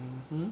mmhmm